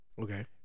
Okay